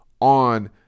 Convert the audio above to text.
on